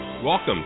Welcome